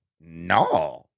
no